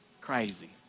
crazy